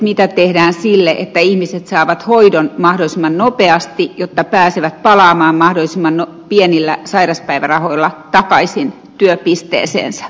mitä tehdään sille että ihmiset saavat hoidon mahdollisimman nopeasti jotta pääsevät palaamaan mahdollisimman lyhyillä sairauspäivärahajaksoilla takaisin työpisteeseensä